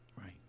Right